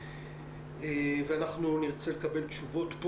ואנחנו נרצה לקבל תשובות.